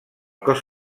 cos